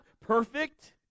perfect